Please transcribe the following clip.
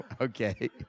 okay